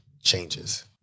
changes